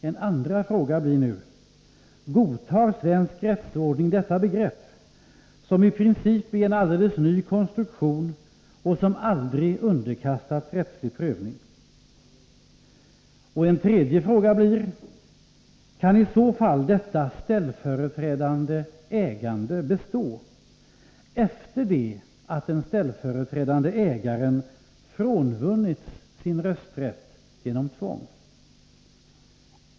En andra fråga blir nu: Godtar svensk rättsordning detta begrepp, som i princip är en alldeles ny konstruktion och som aldrig underkastats rättslig prövning? En tredje fråga blir: Kan i så fall detta ställföreträdande ägande bestå efter | det att den ställföreträdande ägaren fråntagits sin rösträtt genom tvång?